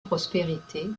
prospérité